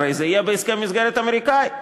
הרי זה יהיה בהסכם המסגרת האמריקני,